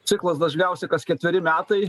ciklas dažniausiai kas ketveri metai